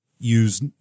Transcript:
use